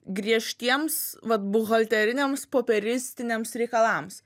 griežtiems vat buhalteriniams popieristiniams reikalams